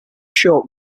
short